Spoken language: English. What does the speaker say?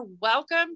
welcome